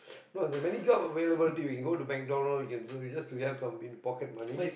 no there're many job available dude you go McDonald you can just to have some pocket money